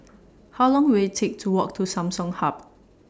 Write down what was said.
How Long Will IT Take to Walk to Samsung Hub